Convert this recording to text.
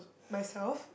myself